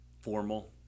formal